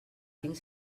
tinc